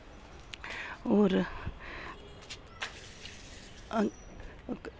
होर